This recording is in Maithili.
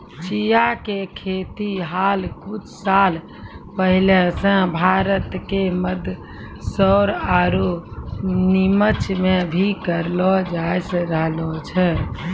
चिया के खेती हाल कुछ साल पहले सॅ भारत के मंदसौर आरो निमच मॅ भी करलो जाय रहलो छै